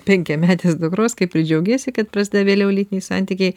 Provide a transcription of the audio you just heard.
penkiametės dukros kaip ir džiaugiesi kad prasideda vėliau lytiniai santykiai